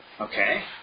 Okay